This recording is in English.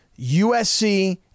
USC